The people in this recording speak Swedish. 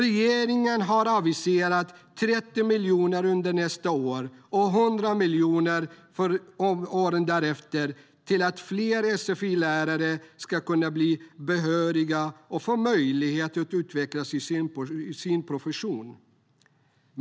Regeringen har aviserat 30 miljoner under nästa år och 100 miljoner för åren därefter, till att fler sfi-lärare ska kunna bli behöriga och få möjlighet att utvecklas i sin profession.